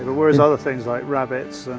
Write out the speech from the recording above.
whereas other things like rabbits,